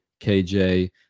kj